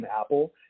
Apple